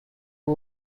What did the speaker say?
two